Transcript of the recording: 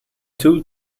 too